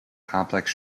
complex